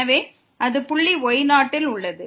எனவே அது புள்ளி y0 யில் உள்ளது